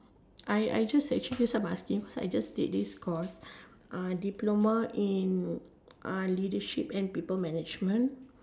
I I just actually give you some asking because I just did this course uh diploma in uh leadership and people management